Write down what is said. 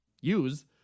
use